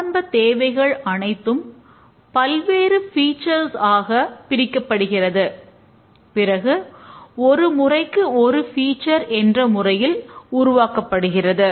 ஆரம்ப தேவைகள் அனைத்தும் பல்வேறு ஃபீச்சர்ஸ் என்ற முறையில் உருவாக்கப்படுகிறது